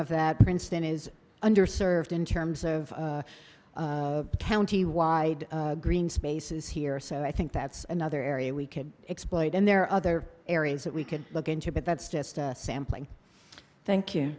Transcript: of that princeton is underserved in terms of county wide green spaces here so i think that's another area we could exploit and there are other areas that we could look into but that's just a sampling thank you